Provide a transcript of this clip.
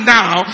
now